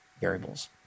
variables